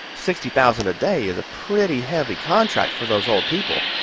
sixty thousand a day is a pretty heavy contract for those old people.